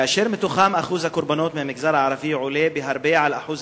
ומתוכם אחוז הקורבנות מהמגזר הערבי עולה בהרבה על אחוז